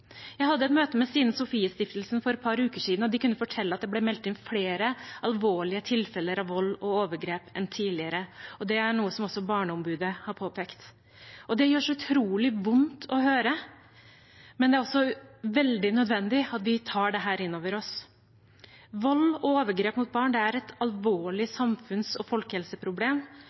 Jeg hadde et møte med Stine Sofies Stiftelse for et par uker siden, og de kunne fortelle at det ble meldt inn flere alvorlige tilfeller av vold og overgrep enn tidligere. Det er noe som også Barneombudet har påpekt. Det gjør så utrolig vondt å høre, men det er veldig nødvendig at vi tar dette inn over oss. Vold og overgrep mot barn er et alvorlig samfunns- og folkehelseproblem.